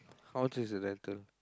how much is the dental